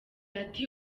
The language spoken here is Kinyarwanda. ati